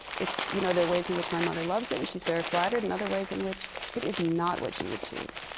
it's you know, there are ways in which my mother loves it. and she's very flattered. and other ways in which it is not what she would choose.